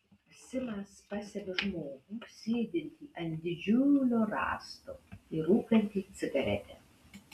simas pastebi žmogų sėdintį ant didžiulio rąsto ir rūkantį cigaretę